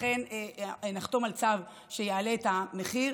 אכן נחתום על צו שיעלה את המחיר.